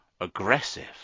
aggressive